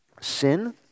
Sin